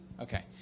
Okay